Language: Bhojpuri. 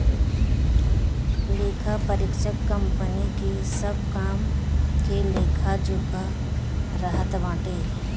लेखापरीक्षक कंपनी के सब काम के लेखा जोखा रखत बाटे